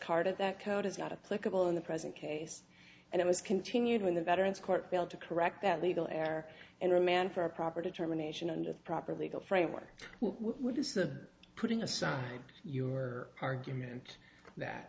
discarded that code is not a clickable in the present case and it was continued when the veterans court failed to correct that legal air and remand for a proper determination and a proper legal framework which is the putting aside your argument that